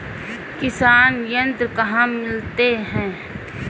किसान यंत्र कहाँ मिलते हैं?